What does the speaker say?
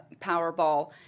Powerball